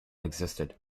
existed